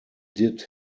did